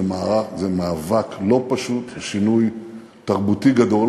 זה היה מאבק לא פשוט, שינוי תרבותי גדול